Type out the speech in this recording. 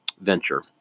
venture